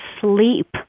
sleep